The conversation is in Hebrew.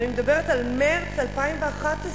אני מדברת על מרס 2011,